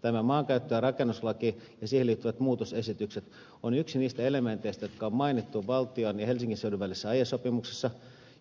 tämä maankäyttö ja rakennuslaki ja siihen liittyvät muutosesitykset ovat yksi niistä elementeistä jotka on mainittu valtion ja helsingin seudun välisessä aiesopimuksessa